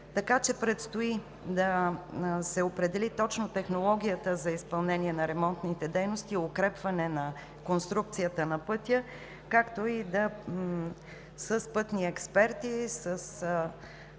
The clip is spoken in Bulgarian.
лента. Предстои да се определи точно технологията за изпълнение на ремонтните дейности и укрепване на конструкцията на пътя с пътни експерти, с пътни